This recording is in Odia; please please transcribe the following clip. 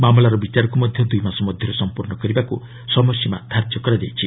ମାମଲାର ବିଚାରକୁ ମଧ୍ୟ ଦୁଇମାସ ମଧ୍ୟରେ ସଂପୂର୍ଣ୍ଣ କରିବାକୁ ସମୟସୀମା ଧାର୍ଯ୍ୟ କରାଯାଇଛି